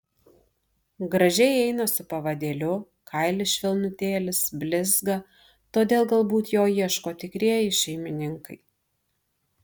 gražiai eina su pavadėliu kailis švelnutėlis blizga todėl galbūt jo ieško tikrieji šeimininkai